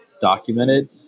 documented